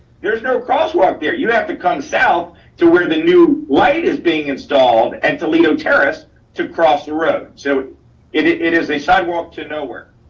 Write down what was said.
there's no crosswalk there. you have to come south to where the new light is being being installed and toledo terrace to cross the road. so it it is a sidewalk to nowhere.